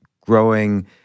growing